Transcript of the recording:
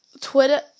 Twitter